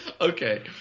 Okay